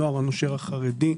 הנוער הנושר החרדי,